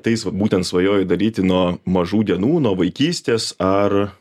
tais būtent svajoji daryti nuo mažų dienų nuo vaikystės ar